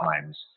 times